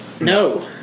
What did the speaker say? No